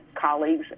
colleagues